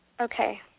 Okay